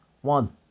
one